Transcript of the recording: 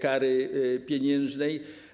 kary pieniężnej.